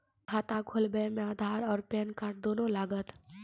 खाता खोलबे मे आधार और पेन कार्ड दोनों लागत?